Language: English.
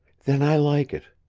then i like it.